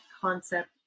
concept